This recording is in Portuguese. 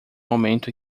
momento